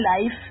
life